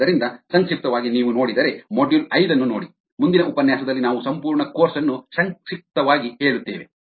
ಆದ್ದರಿಂದ ಸಂಕ್ಷಿಪ್ತವಾಗಿ ನೀವು ನೋಡಿದರೆ ಮಾಡ್ಯೂಲ್ ಐದನ್ನು ನೋಡಿ ಮುಂದಿನ ಉಪನ್ಯಾಸದಲ್ಲಿ ನಾವು ಸಂಪೂರ್ಣ ಕೋರ್ಸ್ ಅನ್ನು ಸಂಕ್ಷಿಪ್ತವಾಗಿ ಹೇಳುತ್ತೇವೆ